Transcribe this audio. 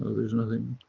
there's nothing.